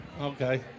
Okay